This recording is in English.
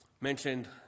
mentioned